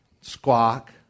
squawk